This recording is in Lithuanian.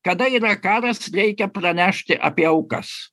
kada yra karas reikia pranešti apie aukas